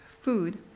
food